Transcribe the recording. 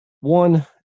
one